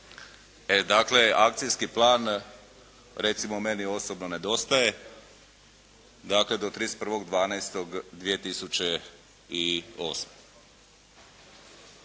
dakle akcijski plan recimo meni osobno nedostaje. Dakle do 31.12.2008.